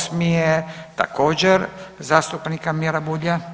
8. je također zastupnika Mire Bulja.